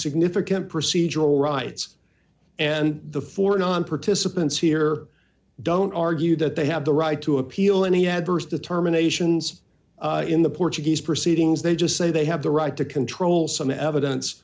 significant procedural rights and the four non participants here don't argue that they have the right to appeal any adverse determinations in the portuguese proceedings they just say they have the right to control some evidence